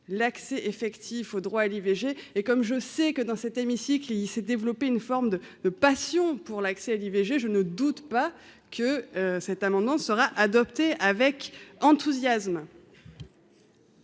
l'accès effectif au droit à l'IVG et comme je sais que dans cet hémicycle, il s'est développé une forme de passion pour l'accès à l'IVG, je ne doute pas que cet amendement sera adopté avec enthousiasme.